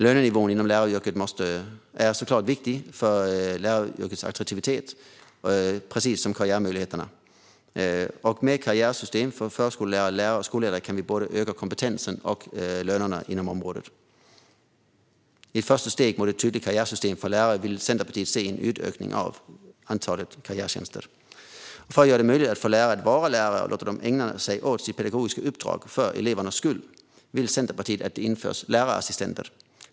Lönenivån inom läraryrket är såklart viktig för yrkets attraktivitet, precis som karriärmöjligheterna. Med ett karriärsystem för förskollärare, lärare och skolledare kan vi både öka kompetensen och höja lönerna på området. I ett första steg mot ett tydligt karriärsystem för lärare vill Centerpartiet se en utökning av antalet karriärtjänster. För att göra det möjligt för lärare att vara lärare och ägna sig åt sitt pedagogiska uppdrag, för elevernas skull, vill Centerpartiet att det införs lärarassistenter.